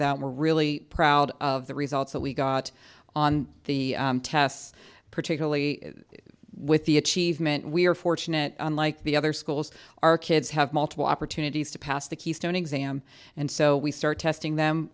that we're really proud of the results that we got on the tests particularly with the achievement we're fortunate unlike the other schools our kids have multiple opportunities to pass the keystone exam and so we start testing them